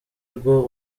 rwo